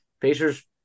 Pacers